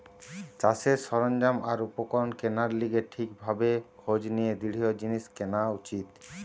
চাষের সরঞ্জাম আর উপকরণ কেনার লিগে ঠিক ভাবে খোঁজ নিয়ে দৃঢ় জিনিস কেনা উচিত